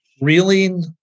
reeling